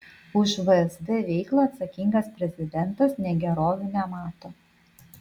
už vsd veiklą atsakingas prezidentas negerovių nemato